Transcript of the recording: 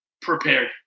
prepared